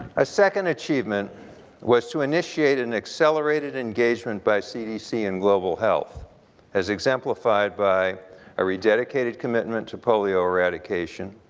a second achievement was to initiate an accelerated engagement by cdc in global health as exemplified by a rededicated commitment to polio eradication,